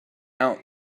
out